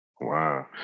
Wow